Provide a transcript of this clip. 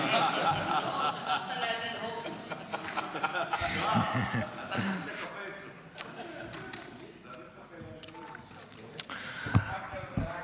אדוני היושב-ראש, חבריי חברי הכנסת,